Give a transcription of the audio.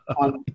on